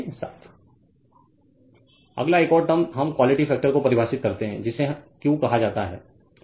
Refer Slide Time 1217 अगला एक और टर्म हम क्वालिटी फैक्टर को परिभाषित करते हैं जिसे Q कहा जाता है